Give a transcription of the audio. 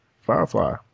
Firefly